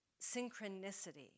synchronicity